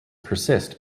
persist